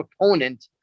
opponent